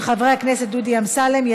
של חבר הכנסת דודי אמסלם.